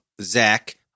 Zach